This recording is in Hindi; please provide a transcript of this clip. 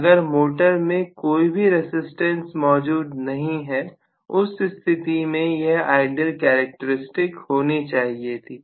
अगर मोटर में कोई भी रजिस्टेंस मौजूद नहीं है उस स्थिति में यह आइडियल कैरेक्टर स्टिक होनी चाहिए थी